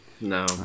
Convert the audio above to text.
no